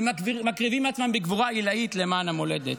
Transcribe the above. ומקריבים עצמם בגבורה עילאית למען המולדת.